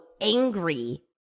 angry